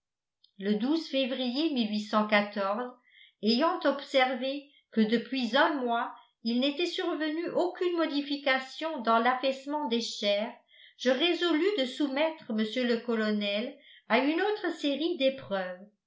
le février ayant observé que depuis un mois il n'était survenu aucune modification dans l'affaissement des chairs je résolus de soumettre mr le colonel à une autre série d'épreuves